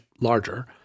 larger